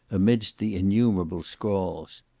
amidst the innumerable scrawls.